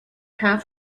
have